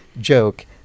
joke